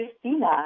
Christina